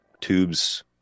tubes